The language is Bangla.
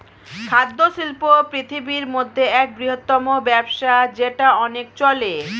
খাদ্য শিল্প পৃথিবীর মধ্যে এক বৃহত্তম ব্যবসা যেটা অনেক চলে